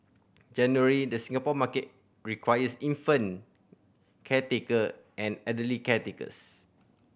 generally the Singapore market requires infant caretaker and elderly caretakers